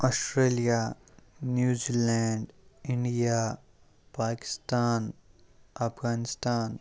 Australia New Zealand India Pakistan Afghanistan